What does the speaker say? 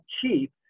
cheap